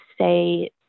say